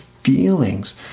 feelings